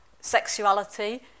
sexuality